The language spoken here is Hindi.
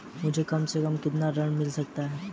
मुझे कम से कम कितना ऋण मिल सकता है?